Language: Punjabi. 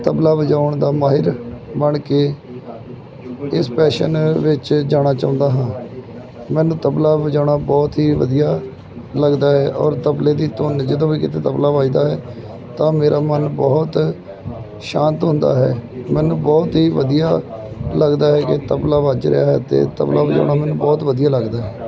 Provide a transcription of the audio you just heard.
ਤਬਲਾ ਵਜਾਉਣ ਦਾ ਮਾਹਿਰ ਬਣ ਕੇ ਇਸ ਪੈਸ਼ਨ ਵਿੱਚ ਜਾਣਾ ਚਾਹੁੰਦਾ ਹਾਂ ਮੈਨੂੰ ਤਬਲਾ ਵਜਾਉਣਾ ਬਹੁਤ ਹੀ ਵਧੀਆ ਲੱਗਦਾ ਹੈ ਔਰ ਤਬਲੇ ਦੀ ਧੁੰਨ ਜਦੋਂ ਵੀ ਕਿਤੇ ਤਬਲਾ ਵੱਜਦਾ ਹੈ ਤਾਂ ਮੇਰਾ ਮਨ ਬਹੁਤ ਸ਼ਾਂਤ ਹੁੰਦਾ ਹੈ ਮੈਨੂੰ ਬਹੁਤ ਹੀ ਵਧੀਆ ਲੱਗਦਾ ਹੈ ਕਿ ਤਬਲਾ ਵੱਜ ਰਿਹਾ ਹੈ ਅਤੇ ਤਬਲਾ ਵਜਾਉਣਾ ਮੈਨੂੰ ਬਹੁਤ ਵਧੀਆ ਲੱਗਦਾ ਹੈ